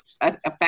affect